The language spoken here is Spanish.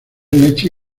leche